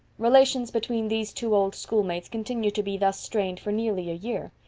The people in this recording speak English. relations between these two old schoolmates continued to be thus strained for nearly a year!